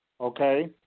Okay